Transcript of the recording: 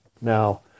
Now